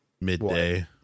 midday